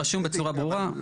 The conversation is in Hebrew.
רשום בצורה ברורה.